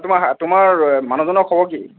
তোমাৰ হা তোমাৰ মানুহজনৰ খবৰ কি